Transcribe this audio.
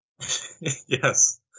Yes